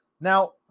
Now